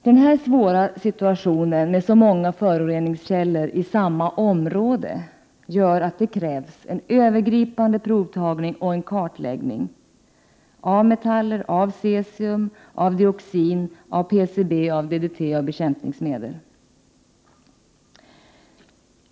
Denna svåra situation med så många föroreningskällor i samma område gör att det krävs en övergripande provtagning och en kartläggning av tungmetaller, cesium, dioxin, PCB, DDT och bekämpningsmedel.